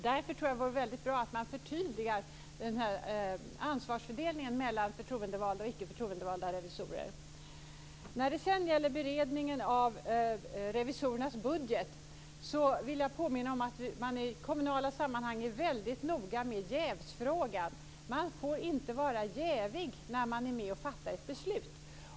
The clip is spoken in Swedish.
Därför tror jag att det vore väldigt bra att man förtydligar ansvarsfördelningen mellan förtroendevalda och icke förtroendevalda revisorer. När det sedan gäller beredningen av revisorernas budget vill jag påminna om att man i kommunala sammanhang är väldigt noga med jävsfrågan. Man får inte vara jävig när man är med och fattar ett beslut.